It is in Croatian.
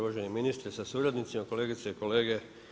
Uvaženi ministre sa suradnicima, kolegice i kolege.